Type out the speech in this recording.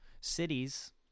Cities